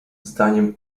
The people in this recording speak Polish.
zdaniem